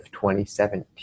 2017